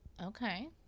okay